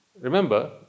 Remember